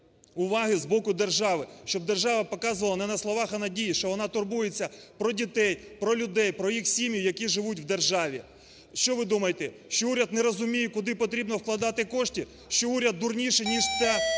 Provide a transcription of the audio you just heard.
уваги з боку держави, щоб держава показувала не на словах, а на ділі, що вона турбується про дітей, про людей, про їх сім'ї, які живуть в державі. Що ви думаєте, що уряд не розуміє куди потрібно вкладати кошти? Що уряд дурніше ніж та